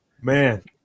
Man